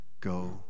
Go